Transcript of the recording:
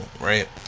right